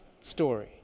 story